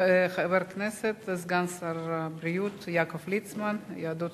חבר הכנסת סגן שר הבריאות יעקב ליצמן מיהדות